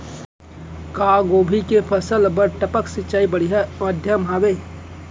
का गोभी के फसल बर टपक सिंचाई बढ़िया माधयम हे?